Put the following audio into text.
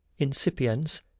incipiens